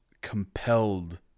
compelled